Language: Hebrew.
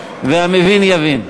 והמבין יבין.